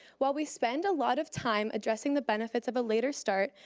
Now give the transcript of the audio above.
while we spend a lot of time addressing the benefits of a later start,